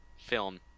film